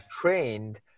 trained